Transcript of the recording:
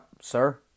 sir